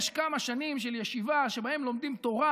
יש כמה שנים של ישיבה שבהן לומדים תורה,